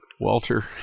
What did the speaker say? walter